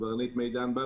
קברניט מידן בר,